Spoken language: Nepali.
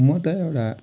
म त एउटा